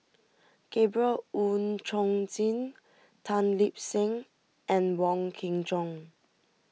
Gabriel Oon Chong Jin Tan Lip Seng and Wong Kin Jong